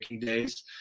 days